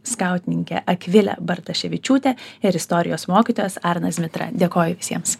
skautininkė akvilė bartaševičiūtė ir istorijos mokytojas arnas zmitra dėkoju visiems